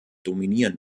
dominieren